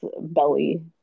belly